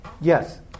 yes